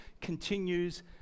continues